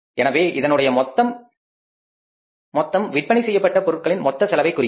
எனவே இதனுடைய மொத்தம் விற்பனை செய்யப்பட்ட பொருட்களின் மொத்த செலவை குறிக்கும்